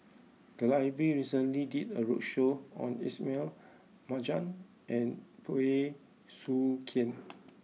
the library recently did a roadshow on Ismail Marjan and Bey Soo Khiang